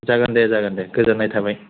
जागोन दे जोगोन दे गोजोननाय थाबाय